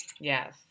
Yes